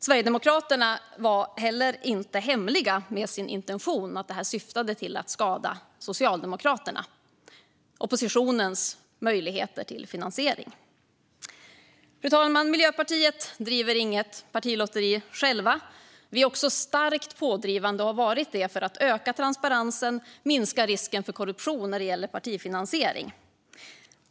Sverigedemokraterna var inte heller hemliga med sin intention att syftet var att skada Socialdemokraterna och oppositionens möjlighet till finansiering. Fru talman! Miljöpartiet driver inget partilotteri. Vi är också starkt pådrivande för att öka transparensen för att minska risken för korruption när det gäller partifinansiering.